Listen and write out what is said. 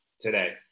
today